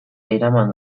eraman